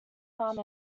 farm